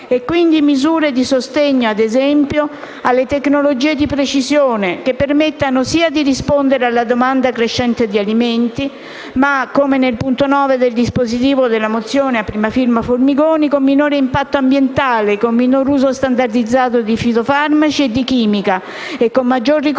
e quindi di misure di sostegno, ad esempio, alle tecnologie di precisione che permettano sia di rispondere alla domanda crescente di alimenti, ma - come nel punto 9) del dispositivo della mozione a prima firma del senatore Formigoni - con minore impatto ambientale, con minor uso standardizzato di fitofarmaci e chimica, con maggior ricorso